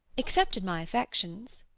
except in my affections.